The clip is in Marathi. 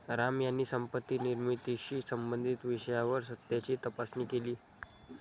राम यांनी संपत्ती निर्मितीशी संबंधित विषयावर सत्याची तपासणी केली